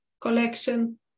collection